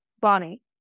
Bonnie